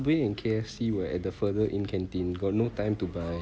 way and K_F_C were at the further in canteen we got no time to buy